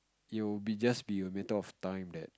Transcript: it will be just be a matter of time that